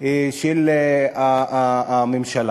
של הממשלה.